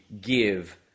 give